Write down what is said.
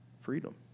freedom